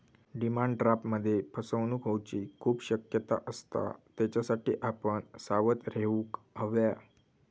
demand ड्राफ्टमध्ये फसवणूक होऊची खूप शक्यता असता, त्येच्यासाठी आपण सावध रेव्हूक हव्या